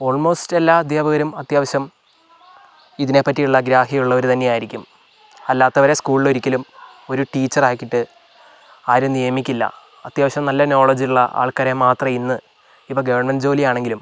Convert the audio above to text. almost എല്ലാ അധ്യാപകരും അത്യാവശ്യം ഇതിനെ പറ്റിയുള്ള ഗ്രാഹ്യമുള്ളവർ തന്നെയായിരിക്കും അല്ലാത്തവരെ സ്കൂളിലൊരിക്കലും ഒരു ടീച്ചർ ആക്കിയിട്ട് ആരും നിയമിക്കില്ല അത്യാവശ്യം നല്ല നോളജുള്ള ആൾക്കാരെ മാത്രമേ ഇന്ന് ഇപ്പോൾ ഗവൺമെൻറ് ജോലിയാണെങ്കിലും